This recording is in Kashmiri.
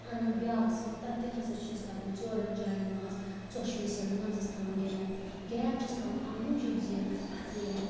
انان بیٛاکھ سیٖکھ تتھ تہِ ہَسا چھ أسۍ لاگَان ژورَن جاین ماز ژۄشؤیی سایڈو مَنزَس تھاوان گیپ گیپ چھِس تھاوان اَمہِ موٗجوٗب زِ اتھ نیریٚن